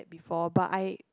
before but I